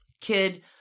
Kid